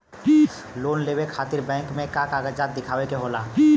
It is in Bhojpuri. लोन लेवे खातिर बैंक मे का कागजात दिखावे के होला?